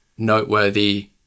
Noteworthy